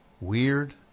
Weird